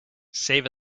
save